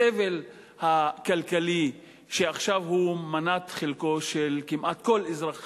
לסבל הכלכלי שעכשיו הוא מנת חלקם של כמעט כל אזרח